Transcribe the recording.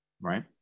right